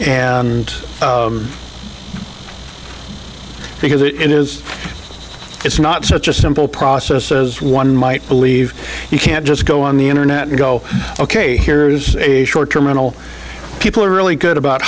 and because it is it's not such a simple process as one might believe you can't just go on the internet and go ok here's a short terminal people are really good about